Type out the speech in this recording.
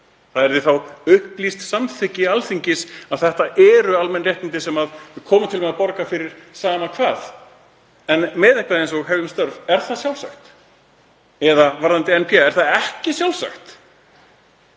Það yrði þá upplýst samþykki Alþingis að þetta væru almenn réttindi sem verði borgað fyrir sama hvað. En með eitthvað eins og Hefjum störf — er það sjálfsagt? Eða varðandi NPA — er það ekki sjálfsagt?